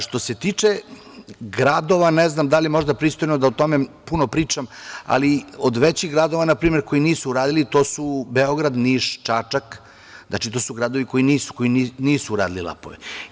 Što se tiče gradova, ne znam da li je možda pristojno da o tome puno pričam, ali od većih gradova na primer koji nisuu radili to su Beograd, Niš, Čačak, to su gradovi koji nisu uradili LAP-ove.